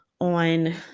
on